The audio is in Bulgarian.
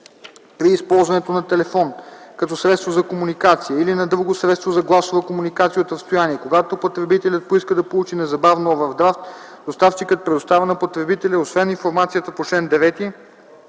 При използването на телефон като средство за комуникация или на друго средство за гласова комуникация от разстояние, когато потребителят поиска да получи незабавно овърдрафт, доставчикът предоставя на потребителя освен информацията по чл. 9